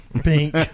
Pink